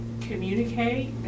communicate